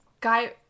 guy